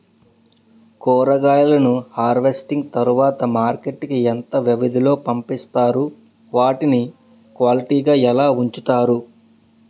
కూరగాయలను హార్వెస్టింగ్ తర్వాత మార్కెట్ కి ఇంత వ్యవది లొ పంపిస్తారు? వాటిని క్వాలిటీ గా ఎలా వుంచుతారు?